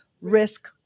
risk